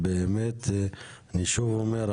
אני שוב אומר,